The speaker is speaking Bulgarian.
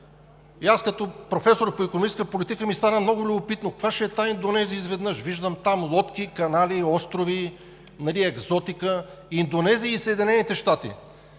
Като професор по икономическа политика ми стана много любопитно: каква ще е тази Индонезия? Изведнъж виждам там лодки, канали, острови, екзотика. Индонезия и САЩ. Ами